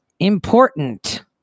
Important